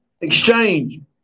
Exchange